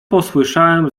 posłyszałem